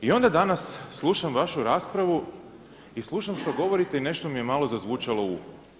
I onda danas slušam vašu raspravu i slušam što govorite i nešto mi je malo zazvučalo u uhu.